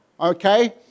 okay